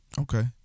Okay